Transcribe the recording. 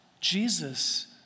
Jesus